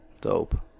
Dope